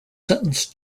sentenced